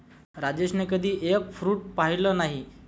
राजेशने कधी egg fruit पाहिलं नाही